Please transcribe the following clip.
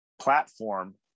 platform